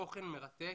תוכן מרתק,